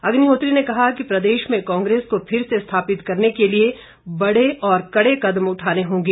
अग्निहोत्री ने कहा कि प्रदेश में कांग्रेस को फिर से स्थापित करने के लिए बड़े और कड़े कदम उठाने होंगे